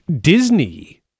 Disney